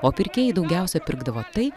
o pirkėjai daugiausiai pirkdavo tai